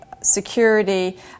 security